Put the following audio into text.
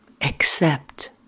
accept